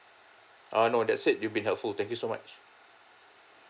uh no that's it you been helpful thank you so much